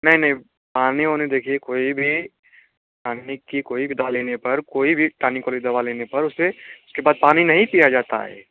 नहीं नहीं पानी उनी देखिए कोई भी खाँसी की कोई भी दवा लेने पर कोई भी पानी वाली दवा लेने पर उसे एक बार पानी नहीं पिया जाता है